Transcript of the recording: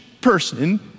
person